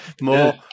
more